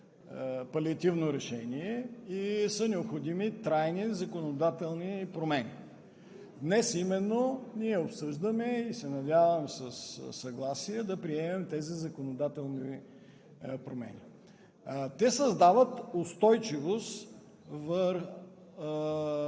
палиативно решение и са необходими трайни законодателни промени. Именно днес ние обсъждаме и се надявам със съгласие да приемем тези законодателни промени. Те създават устойчивост в